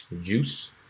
juice